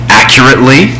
accurately